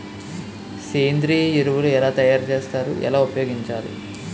సేంద్రీయ ఎరువులు ఎలా తయారు చేయాలి? ఎలా ఉపయోగించాలీ?